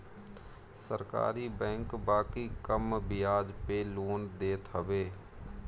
सरकारी बैंक बाकी कम बियाज पे लोन देत हवे